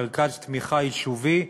מרכז תמיכה יישובי,